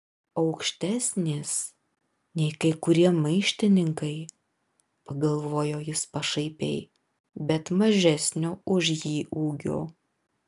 aukštesnės nei kai kurie maištininkai pagalvojo jis pašaipiai bet mažesnio už jį ūgio